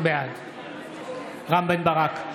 בעד רם בן ברק,